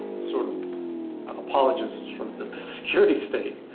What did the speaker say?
sort of apologists for the security state.